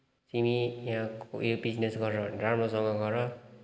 तिमी यहाँ उयो बिजिनेस गर्छौ भने राम्रोसँग गर